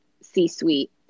C-suite